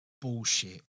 bullshit